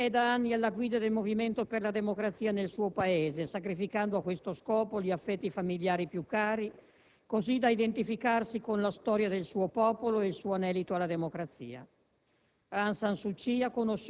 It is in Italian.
Aung San Suu Kyi è da anni alla guida del movimento per la democrazia nel suo Paese, sacrificando a questo scopo gli affetti familiari più cari così da identificarsi con la storia del suo popolo e il suo anelito alla democrazia.